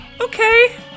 Okay